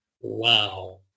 Wow